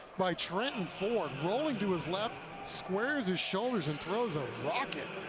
by trenton ford, rolling to his left, squares his shoulders and throws a rocket,